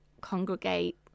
congregate